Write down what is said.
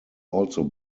also